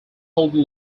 folded